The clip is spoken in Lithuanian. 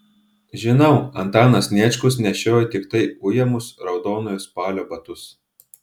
žinau antanas sniečkus nešiojo tiktai ujamus raudonojo spalio batus